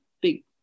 big